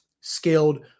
skilled